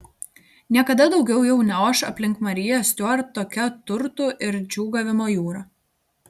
niekada daugiau jau neoš aplink mariją stiuart tokia turtų ir džiūgavimo jūra